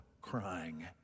crying